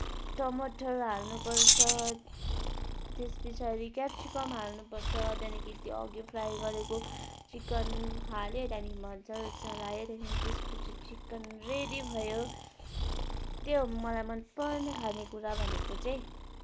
टमाटर हाल्नुपर्छ त्यसपछाडि क्याप्सिकम हाल्नुपर्छ त्यहाँदेखि त्यो अघि फ्राई गरेको चिकन हालेँ त्यहाँदेखि मजाले चलाएँ त्यहाँदेखि त्यसपछि चिकन रेडी भयो त्यही हो मलाई मनपर्ने खानेकुरा भनेको चाहिँ